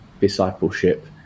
discipleship